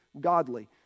godly